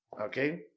okay